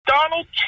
Donald